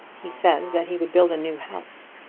he says that he would build a new house.